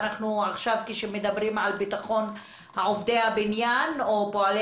עכשיו כשמדברים על ביטחון עובדי הבניין או פועלי